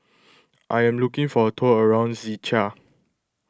I am looking for a tour around Czechia